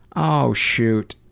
oh shoot.